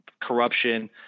corruption